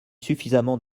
suffisamment